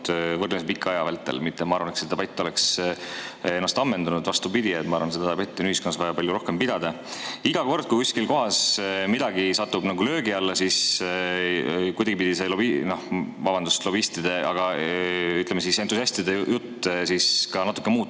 võrdlemisi pika aja vältel. Mitte et ma arvan, et see debatt oleks ennast ammendanud – vastupidi, ma arvan, et seda debatti on ühiskonnas vaja palju rohkem pidada. Iga kord, kui kuskil kohas midagi satub löögi alla, siis kuidagi see, vabandust, lobistide või ütleme siis, entusiastide jutt natuke muutub.